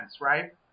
Right